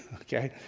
okay?